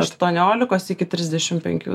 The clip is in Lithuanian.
aštuoniolikos iki trisdešim penkių